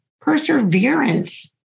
perseverance